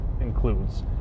includes